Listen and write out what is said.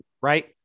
right